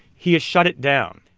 he has shut it down.